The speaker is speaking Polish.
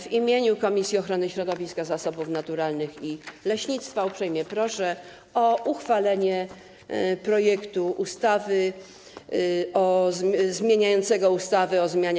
W imieniu Komisji Ochrony Środowiska, Zasobów Naturalnych i Leśnictwa uprzejmie proszę o uchwalenie projektu ustawy zmieniającej ustawę o zmianie